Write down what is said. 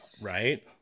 right